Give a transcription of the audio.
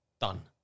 done